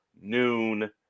noon